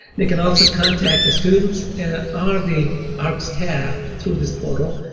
they can also contact the students or the arc's staff through this portal.